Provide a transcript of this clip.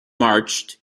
marched